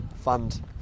fund